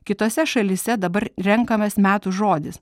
kitose šalyse dabar renkames metų žodis